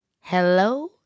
Hello